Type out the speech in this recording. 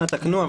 אנא תקנו,